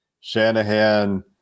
Shanahan